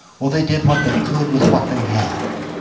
well they did what they could with what they had.